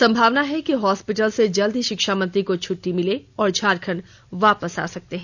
संभावना है कि हॉस्पिटल से जल्द शिक्षा मंत्री को छुट्टी मिल सकती है और झारखंड वापस आ सकते हैं